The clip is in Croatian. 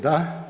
Da.